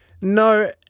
No